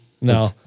No